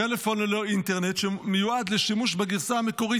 טלפון ללא אינטרנט שמיועד לשימוש בגרסה המקורית,